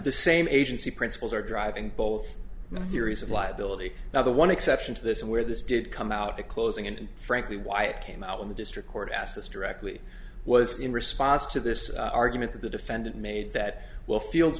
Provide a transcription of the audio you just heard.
the same agency principles are driving both the theories of liability now the one exception to this and where this did come out at closing and frankly why it came out when the district court asked us directly was in response to the this argument that the defendant made that will fields